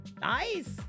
Nice